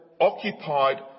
occupied